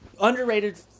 Underrated